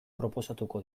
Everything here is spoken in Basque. proposatuko